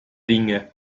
dinge